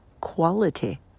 Quality